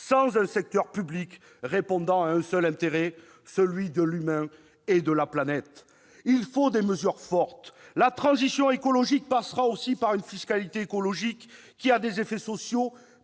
sans un secteur public répondant à un seul intérêt, celui de l'humain et de la planète ? Il faut des mesures fortes. La transition écologique passera aussi par une fiscalité écologique, qui a des effets sociaux